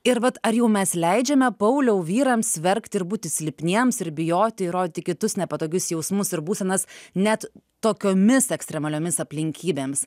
ir vat ar jau mes leidžiame pauliau vyrams verkt ir būti silpniems ir bijoti ir rodyti kitus nepatogius jausmus ir būsenas net tokiomis ekstremaliomis aplinkybėms